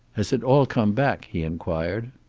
has it all come back? he inquired.